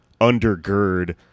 undergird